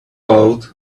about